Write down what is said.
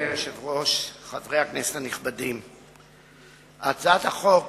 אדוני היושב-ראש, חברי הכנסת הנכבדים, הצעת החוק